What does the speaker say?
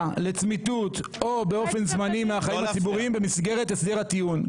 לצמיתות או באופן זמני מהחיים הציבוריים במסגרת הסכם הטיעון,